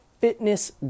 fitness